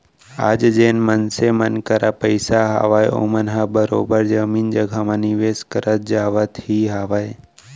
आजकल जेन मनसे मन करा पइसा हावय ओमन ह बरोबर जमीन जघा म निवेस करत जावत ही हावय